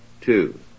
Two